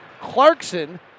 Clarkson